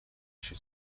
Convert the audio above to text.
she